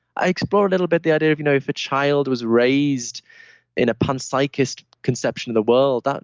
i explore a little bit the idea of you know if a child was raised in a panpsychist conception of the world, ah